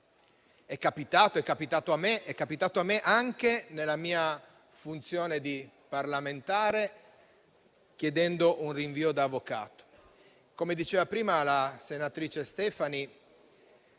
È capitato pure a me, anche nella mia funzione di parlamentare, chiedendo un rinvio da avvocato. Come ha detto la senatrice Stefani,